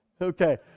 Okay